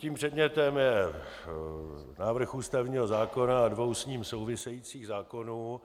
Tím předmětem je návrh ústavního zákona a dvou s ním souvisejících zákonů.